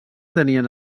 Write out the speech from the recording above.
tenien